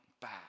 back